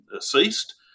ceased